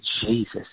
Jesus